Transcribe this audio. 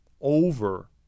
over